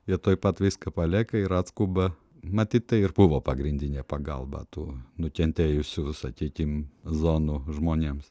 jie tuoj pat viską palieka ir atskuba matyt tai ir buvo pagrindinė pagalba tų nukentėjusių sakykim zonų žmonėms